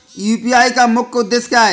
UPI का मुख्य उद्देश्य क्या है?